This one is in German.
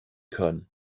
können